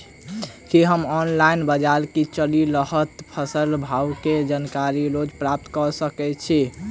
की हम ऑनलाइन, बजार मे चलि रहल फसलक भाव केँ जानकारी रोज प्राप्त कऽ सकैत छी?